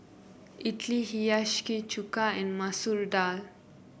Idili Hiyashi Chuka and Masoor Dal